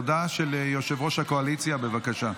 הודעה של יושב-ראש הקואליציה, בבקשה.